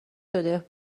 شده